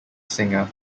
singer